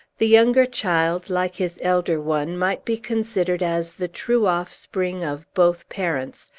the younger child, like his elder one, might be considered as the true offspring of both parents,